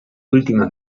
últimas